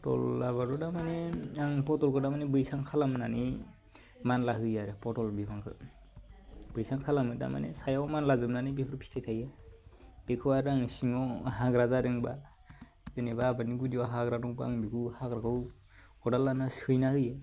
फथल आबादखौ दामानि आं फथलखौ दामानि बैसां खालामनानै मानला होयो आरो पथल बिफांखौ बैसां खालामो दामानि सायाव मानलाजोबनानै बेफोर फिथाइ थाइयो बेखौ आरो आं सिङाव हाग्रा जादोंबा जेनोबा आबादनि गुदिआव हाग्रा दंबा आं बेखौ हाग्राखौ खदाल लाना सैना होयो